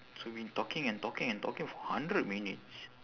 so been talking and talking and talking for hundred minutes